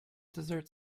dessert